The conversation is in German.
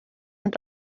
und